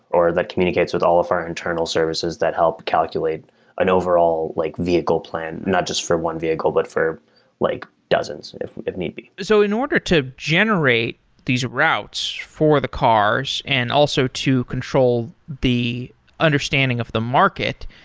or that communicates with all of our internal services that help calculate an overall like vehicle plan, not just for one vehicle, but for like dozens if if need be so in order to generate these routes for the cars and also to control the understanding of the market,